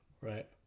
Right